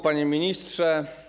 Panie Ministrze!